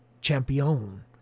champion